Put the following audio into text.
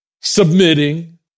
submitting